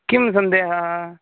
कः सन्देहः